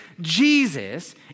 Jesus